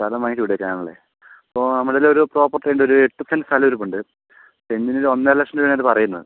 സ്ഥലം വാങ്ങിയിട്ട് വീട് വെക്കാനാണല്ലേ ഇപ്പോൾ നമ്മുടെ കയ്യിൽ ഒരു പ്രോപ്പർട്ടിയുണ്ട് ഒരു എട്ട് സെൻറ്റ് സ്ഥലം ഇരിപ്പുണ്ട് സെൻറ്റിന് ഒരു ഒന്നര ലക്ഷം രൂപയാണതിന് പറയുന്നത്